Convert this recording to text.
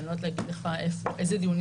אני לא יודעת להגיד לך איפה ואיזה דיונים